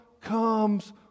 comes